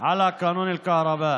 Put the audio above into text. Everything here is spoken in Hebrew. על חוק החשמל,